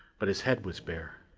but his head was bare.